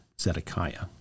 Zedekiah